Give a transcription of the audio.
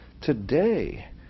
Today